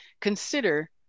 consider